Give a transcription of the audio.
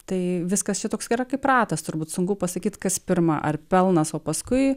tai viskas čia toks geras kaip ratas turbūt sunku pasakyti kas pirma ar pelnas o paskui